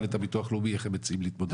את הביטוח הלאומי איך הם מציעים להתמודד עם זה.